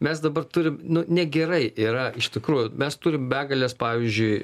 mes dabar turim nu negerai yra iš tikrųjų mes turim begales pavyzdžiui